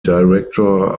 director